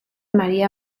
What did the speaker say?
maría